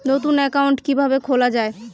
নতুন একাউন্ট কিভাবে খোলা য়ায়?